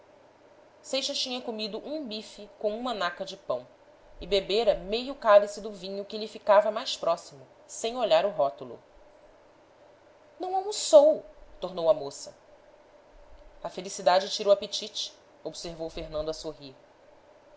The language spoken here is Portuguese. seixas tinha comido um bife com uma naca de pão e bebera meio cálice do vinho que lhe ficava mais próximo sem olhar o rótulo não almoçou tornou a moça a felicidade tira o apetite observou fernando a sorrir